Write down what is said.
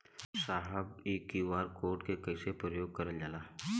साहब इ QR code के कइसे उपयोग करल जाला?